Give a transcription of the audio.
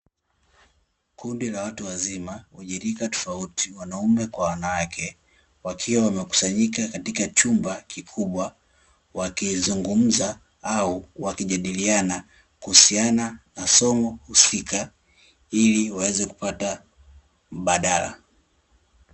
Kundi la watu wazima wenye rika tofauti wanaume kwa wanawake, wakiwa wakekusanyika katika chumba kikubwa wakizungumza au wakijadiliana kuhusiana na somo husika ili waweze kupata mbadala.